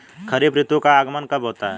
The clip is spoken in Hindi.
खरीफ ऋतु का आगमन कब होता है?